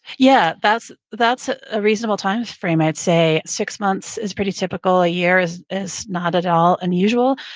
yeah, that's that's ah a reasonable time frame, i'd say. six months is pretty typical. a year is is not at all unusual.